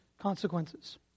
consequences